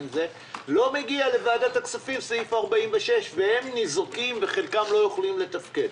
לא מגיע לוועדת הכספים סעיף 46. הם ניזוקים וחלקם לא יכולים לתפקד.